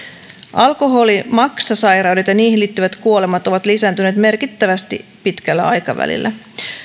alkoholimaksasairaudet ja niihin liittyvät kuolemat ovat lisääntyneet merkittävästi pitkällä aikavälillä